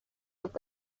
would